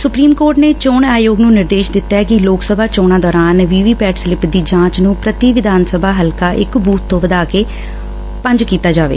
supreme court ਨੇ ਚੋਣ ਅਯੋਗ ਨੂੰ ਨਿਰਦੇਸ਼ ਦਿੱਤਾ ਏ ਕਿ ਲੋਕ ਸਭਾ ਚੋਣਾਂ ਦੌਰਾਨ ਵੀ ਵੀ ਪੈਟ ਸਲਿਪ ਦੀ ਜਾਂਚ ਨੂੰ ਪੁਤੀ ਵਿਧਾਨ ਸਭਾ ਹਲਕਾ ਇਕ ਬੁਬ ਤੋਂ ਵਧਾ ਕੇ ਪੰਜ ਕੀਤਾ ਜਾਵੇ